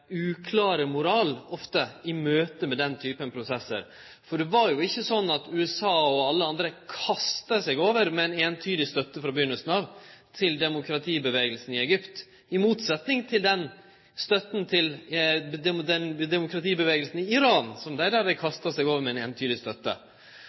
uklare moral i møte med den typen prosessar. Det var jo ikkje slik at USA og alle andre frå starten av kasta seg over med eintydig støtte til demokratirørsla i Egypt – i motsetning til demokratirørsla i Iran, som dei